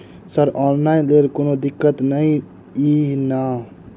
Sir online लैल कोनो दिक्कत न ई नै?